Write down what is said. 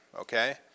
Okay